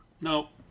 Nope